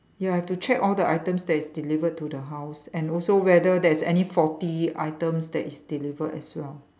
ya I have to check all the items that is delivered to the house and also whether there is any faulty items that is delivered as well